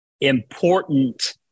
important